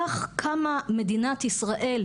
כך קמה מדינת ישראל,